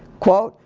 quote,